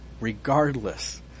regardless